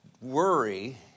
worry